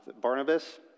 Barnabas